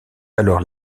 alors